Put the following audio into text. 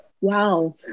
Wow